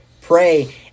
pray